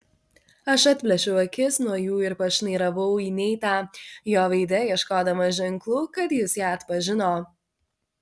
aš atplėšiau akis nuo jų ir pašnairavau į neitą jo veide ieškodama ženklų kad jis ją atpažino